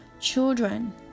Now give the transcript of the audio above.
Children